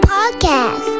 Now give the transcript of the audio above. Podcast